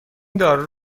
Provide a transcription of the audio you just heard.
دارو